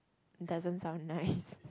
doesn't sound nice